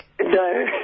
No